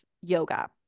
yoga